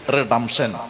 Redemption